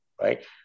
Right